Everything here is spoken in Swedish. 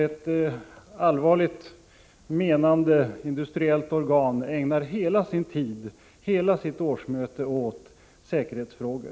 Ett allvarligt menande industriellt organ ägnade alltså hela sitt årsmöte åt säkerhetsfrågor.